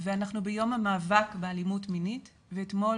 ואנחנו נמצאים ביום המאבק באלימות מינית ואתמול,